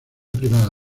privada